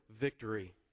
victory